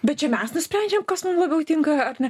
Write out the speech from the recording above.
bet čia mes nusprendžiam kas mum labiau tinka ar ne